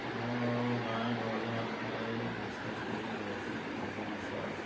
ଆମର ଗାଁ ଗହଳି ମାନଙ୍କରେ ବିଶେଷକରି ରହୁଛି ଅନ୍ଧବିଶ୍ୱାସ